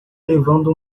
levando